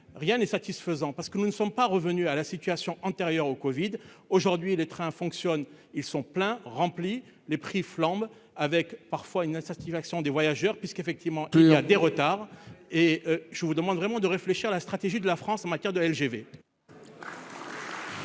rien n'est satisfaisant parce que nous ne sont pas revenus à la situation antérieure au Covid aujourd'hui, les trains fonctionnent, ils sont pleins, remplis, les prix flambent, avec parfois une insatisfaction des voyageurs puisqu'effectivement il y a des retards et je vous demande vraiment de réfléchir à la stratégie de la France en matière de la LGV.